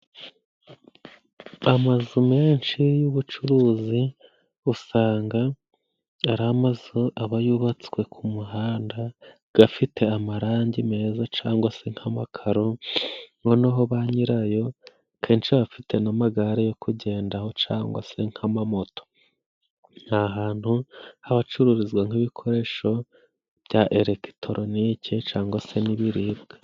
Amazu menshi y'ubucuruzi usanga ari amazu aba yubatswe ku muhanda, gafite amarangi meza cangwa se nk'amakaro, noneho banyirayo kenshi bafite n'amagare yo kugendaho cangwa se nk'amamoto. Nta hantu nk'ahacururizwa nk'ibikoresho bya elegitoronike cangwa se n'ibiribwa.